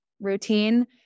routine